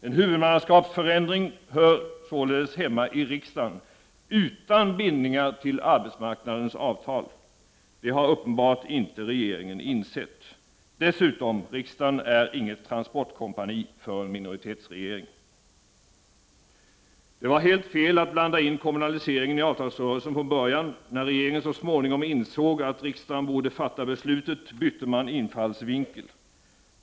En huvudmannaskapsförändring hör således hemma i riksdagen, utan bindningar till arbetsmarknadens avtal. Det har uppenbarligen inte regeringen insett. Dessutom är riksdagen inget transportkompani för en minoritetsregering. Det var helt fel att från början blanda in kommunaliseringen i avtalsrörelsen. När regeringen så småningom insåg att riksdagen borde fatta beslutet bytte den infallsvinkel.